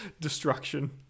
destruction